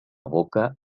boca